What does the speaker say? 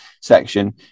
section